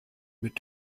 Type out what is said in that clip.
mit